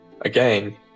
again